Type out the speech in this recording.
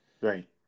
Right